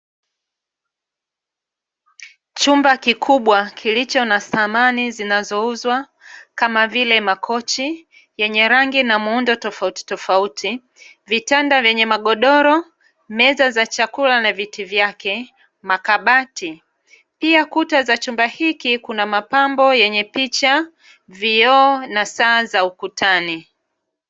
Chumba kikubwa kilicho na samani zinazouzwa, kama vile makochi yenye rangi na muundo tofauti tofauti, vitanda vyenye magodoro, meza za chakula na viti vyake, makabati, pia kuta za chumba hiki kuna mapambo yenye picha, vioo na saa za ukutani.